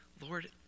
Lord